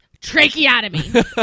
tracheotomy